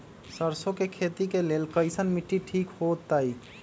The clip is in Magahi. सरसों के खेती के लेल कईसन मिट्टी ठीक हो ताई?